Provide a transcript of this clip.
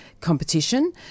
competition